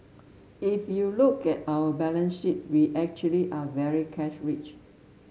if you look at our balance sheet we actually are very cash rich